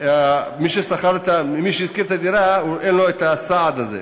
מי שהשכיר את הדירה, אין לו הסעד הזה.